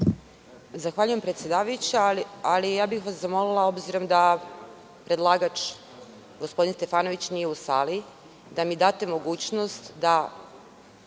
Zahvaljujem predsedavajuća, ali ja bih vas zamolila, obzirom da predlagač, gospodin Stefanović nije u sali, da mi date mogućnost da